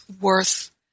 worth